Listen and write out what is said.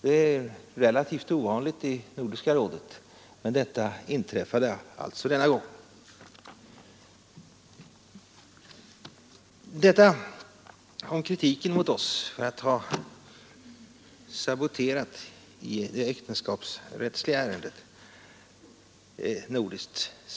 Det är relativt ovanligt i Nordiska rådet, men det inträffade alltså denna gång Detta om kritiken mot oss för att ha saboterat nordiskt samarbete i det äktenskapsrättsliga ärendet.